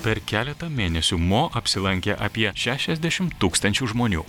per keletą mėnesių mo apsilankė apie šešiasdešim tūkstančių žmonių